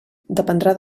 dependrà